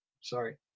Sorry